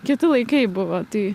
kiti laikai buvo tai